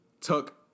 took